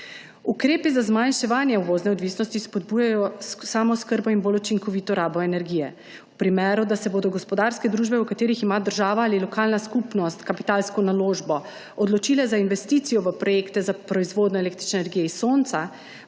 Ukrepi za zmanjševanje uvozne odvisnosti spodbujajo samooskrbo in bolj učinkovito rabo energije. V primeru, da se bodo gospodarske družbe, v katerih ima država ali lokalna skupnost kapitalsko naložbo, odločile za investicijo v projekte za proizvodnjo električne energije iz sonca,